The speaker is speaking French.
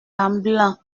lamblin